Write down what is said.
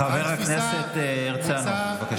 חבר כנסת הרצנו, בבקשה.